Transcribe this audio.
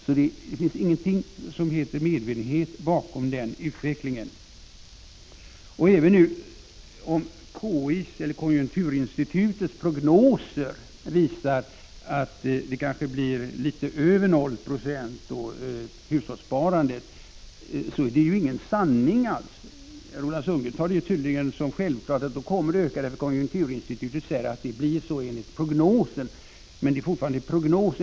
Men det finns ingen som helst medvetenhet bakom denna utveckling. Även om nu konjunkturinstitutets prognoser visar att hushållssparandet kanske blir litet över noll, är det ju inte sanningen. Roland Sundgren tar tydligen som självklart att hushållssparandet kommer att öka därför att konjunkturinstitutets prognoser säger det. Men det är fortfarande en prognos.